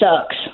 sucks